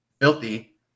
filthy